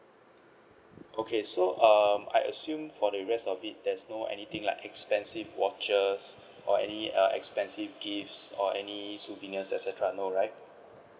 okay so um I assume for the rest of it there's no anything like expensive watches or any err expensive gifts or any souvenirs et cetera no right